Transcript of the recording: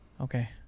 Okay